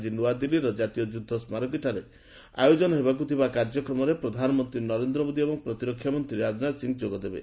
ଆଜି ନୂଆଦିଲ୍ଲୀର ଜାତୀୟ ଯୁଦ୍ଧସ୍କାରକୀଠାରେ ଆୟୋଜନ ହେବାକୁ ଥିବା କାର୍ଯ୍ୟକ୍ରମରେ ପ୍ରଧାନମନ୍ତ୍ରୀ ନରେନ୍ଦ୍ର ମୋଦି ଏବଂ ପ୍ରତିରକ୍ଷା ମନ୍ତ୍ରୀ ରାଜନାଥ ସିଂହ ଯୋଗଦେବେ